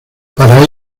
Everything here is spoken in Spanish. para